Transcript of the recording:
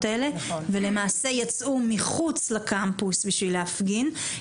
האלה ולמעשה יצאו מחוץ לקמפוס בשביל להפגין.